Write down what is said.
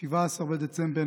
17 בדצמבר,